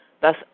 thus